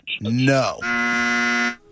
No